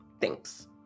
thanks